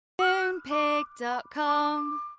Moonpig.com